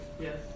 Yes